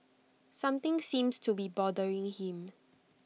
something seems to be bothering him